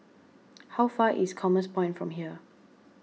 how far is Commerce Point from here